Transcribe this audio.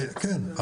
כן,